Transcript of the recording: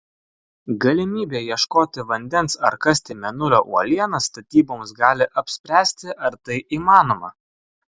galimybė ieškoti vandens ar kasti mėnulio uolienas statyboms gali apspręsti ar tai įmanoma